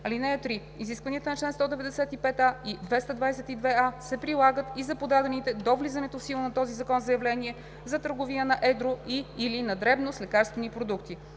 (3) Изискванията на чл. 195а и 222а се прилагат и за подадените до влизането в сила на този закон заявления за търговия на едро и/или на дребно с лекарствени продукти.“